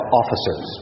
officers